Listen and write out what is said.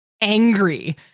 angry